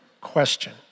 question